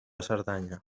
cerdanya